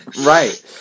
right